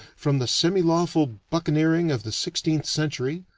from the semilawful buccaneering of the sixteenth century,